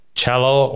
cello